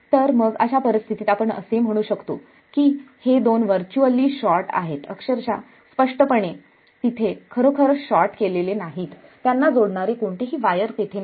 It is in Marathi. तर मग अशा परिस्थितीत आपण असे म्हणू शकतो की हे दोन व्हर्च्युअली शॉर्ट आहेत अक्षरशः स्पष्टपणे तिथे खरोखरच शॉर्ट केलेले नाहीत त्यांना जोडणारे कोणतेही वायर तिथे नाही